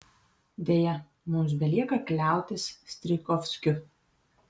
deja mums belieka kliautis strijkovskiu